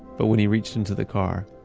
but when he reached into the car,